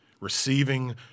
Receiving